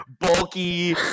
bulky